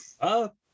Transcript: Up